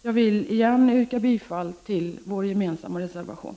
Jag vill än en gång yrka bifall till vår gemensamma reservation.